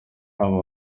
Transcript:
haba